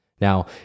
Now